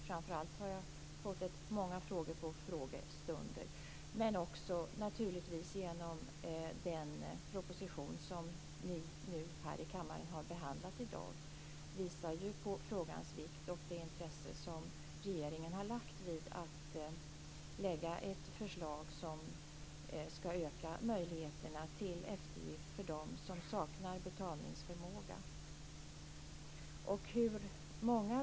Framför allt har jag fått många frågor under frågestunder. Men det har naturligtvis också diskuterats i samband med den proposition som ni nu har behandlat här i kammaren i dag. Det visar på frågan vikt och det intresse som regeringen har lagt vid att lägga fram ett förslag som skall öka möjligheterna till eftergift för dem som saknar betalningsförmåga.